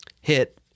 hit